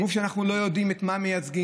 גוף שאנחנו לא יודעים את מה הם מייצגים,